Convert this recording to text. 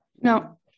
No